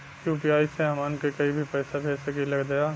UPI से हमहन के कहीं भी पैसा भेज सकीला जा?